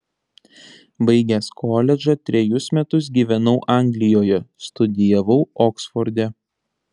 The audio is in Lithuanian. baigęs koledžą trejus metus gyvenau anglijoje studijavau oksforde